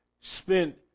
spent